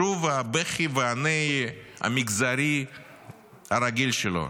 שוב הבכי והנהי המגזרי הרגיל שלו.